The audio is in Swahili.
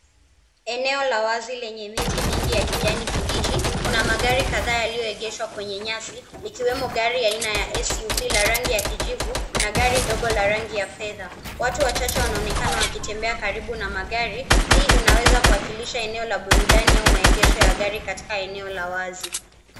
Eneo la wazi lenye miti mingi ya kijani kibichi. Kuna magari kadhaa yaliyoegeshwa kwenye nyasi likiwemo gari aina ya SUV la rangi ya kijivu na gari dogo la rangi ya fedha Watu wachache wanaonekana wakitembea karibu na magari. Hii inaweza kuwakilisha eneo la burudani au maegesho ya gari katika eneo la wazi.